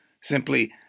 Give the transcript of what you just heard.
simply